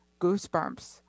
goosebumps